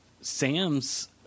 Sam's